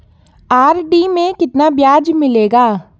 RD में कितना ब्याज मिलेगा?